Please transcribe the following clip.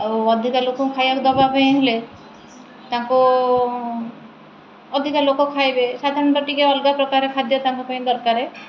ଆଉ ଅଧିକା ଲୋକଙ୍କୁ ଖାଇବାକୁ ଦେବା ପାଇଁ ହେଲେ ତାଙ୍କୁ ଅଧିକା ଲୋକ ଖାଇବେ ସାଧାରଣତଃ ଟିକେ ଅଲଗା ପ୍ରକାର ଖାଦ୍ୟ ତାଙ୍କ ପାଇଁ ଦରକାର